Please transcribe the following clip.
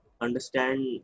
understand